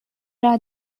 are